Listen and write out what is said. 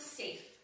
safe